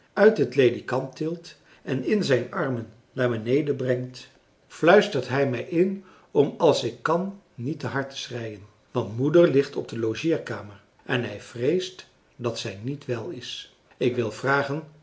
uit het ledikant tilt en in zijn armen naar beneden brengt fluistert hij mij in om als ik kan niet te hard te schreien want moeder ligt op de logeerkamer en hij vreest dat zij niet wel is ik wil vragen